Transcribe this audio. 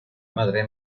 madre